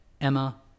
emma